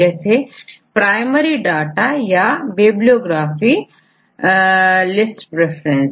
जैसे primary data या bibliography list preference